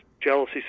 jealousy